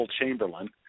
Chamberlain